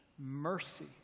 Mercy